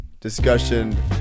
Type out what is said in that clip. Discussion